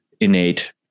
innate